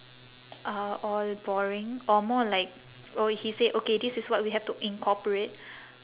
are all boring or more like oh he say okay this is what we have to incorporate